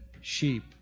sheep